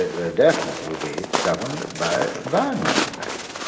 it definitely will be governed by environmental factors,